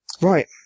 Right